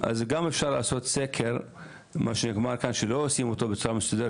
אז גם אפשר לעשות סקר שלא קיים היום,